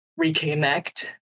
reconnect